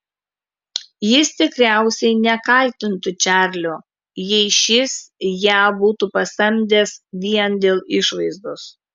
jis tikriausiai nekaltintų čarlio jei šis ją būtų pasamdęs vien dėl išvaizdos